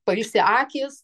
pailsi akys